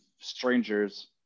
strangers